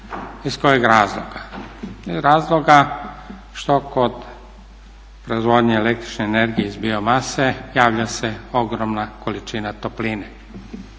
Iz kojeg razloga? Iz razloga što kod proizvodnje električne energije iz bio mase javlja se ogromna količina topline.